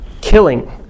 killing